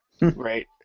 Right